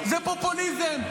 זה פופוליזם,